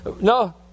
No